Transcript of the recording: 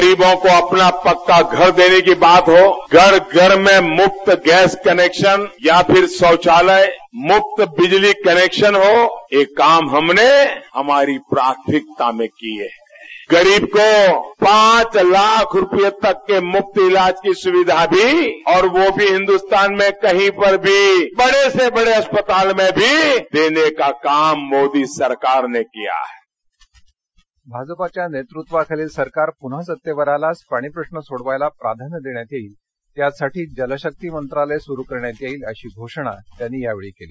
गरीबोंको अपना पक्का घर देने की बात हो घर घर में मुफ्त गॅस कनेक्शन या फिर शौचालय मुफ्त बिजली कनेक्शन हो ये काम हमने हमारी प्राथमिकता में की हैं गरीब को पाच लाख रुपयों तक के मुफ्त इलाज की सुविधा दी और वो भी हिंदुस्थान में कही पर भी बडे से बडे हस्पताल में भी देने का काम मोदी सरकारने किया हैं भाजपाच्या नेतृत्वाखालील सरकार पुन्हा सत्तेवर आल्यास पाणीप्रश्र सोडवण्याला प्राधान्य देण्यात येईल त्यासाठी जलशक्ती मंत्रालय सुरू करण्यात येईल अशी घोषणा त्यांनी यावेळी केली